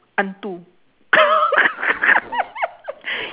hantu